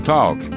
Talk